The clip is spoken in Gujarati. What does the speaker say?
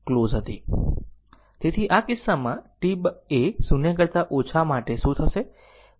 તેથી આ કિસ્સામાં t એ 0 કરતા ઓછા માટે શું થશે